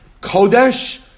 Kodesh